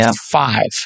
five